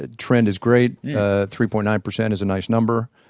ah trend is great ah three point nine percent is a nice number.